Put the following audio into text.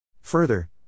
Further